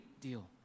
deal